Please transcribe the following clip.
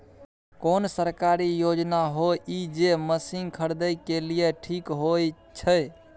कोन सरकारी योजना होय इ जे मसीन खरीदे के लिए ठीक होय छै?